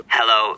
Hello